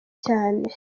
cyane